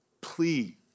plea